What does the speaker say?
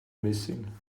missing